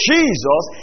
Jesus